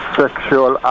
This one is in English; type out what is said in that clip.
sexual